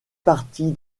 partie